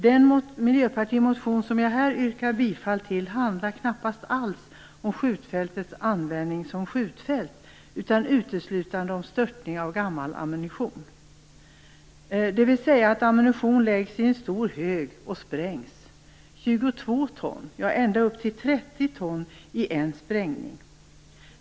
Den miljöpartimotion som jag här yrkar bifall till handlar knappast alls om skjutfältets användning som skjutfält utan uteslutande om störtning av gammal ammunition. Ammunitionen läggs då i en stor hög och sprängs. Det kan vara 22 ton, ja ända upp till 30 ton i en sprängning.